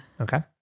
Okay